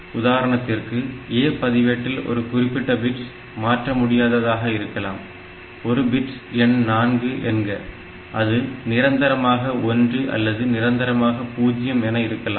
உதாரணத்திற்கு A பதிவேட்டில் ஒரு குறிப்பிட்ட பிட் மாற்ற முடியாததாக இருக்கலாம் ஒரு பிட் எண் 4 என்க அது நிரந்தரமாக 1 அல்லது நிரந்தரமாக 0 என இருக்கலாம்